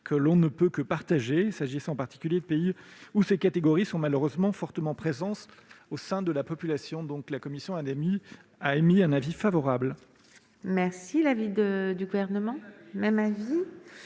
que l'on ne peut que partager, s'agissant en particulier de pays où ces catégories sont malheureusement fortement présentes au sein de la population. La commission a donc émis un avis favorable sur cet amendement.